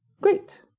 Great